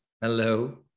Hello